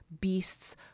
beasts